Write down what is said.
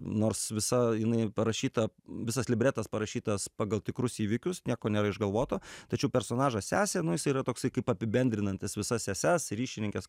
nors visa jinai parašyta visas libretas parašytas pagal tikrus įvykius nieko nėra išgalvoto tačiau personažas sesė nu jisai yra toksai kaip apibendrinantis visas seses ryšininkes